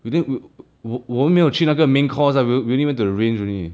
we didn't we 我我们没有去那个 main course lah we only went to the range only